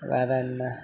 வேறு என்ன